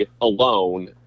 alone